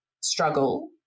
struggle